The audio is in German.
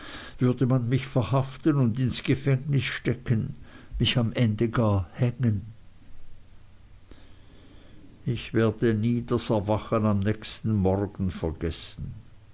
würde man mich verhaften und ins gefängnis stecken mich am ende gar hängen ich werde nie das erwachen am nächsten morgen vergessen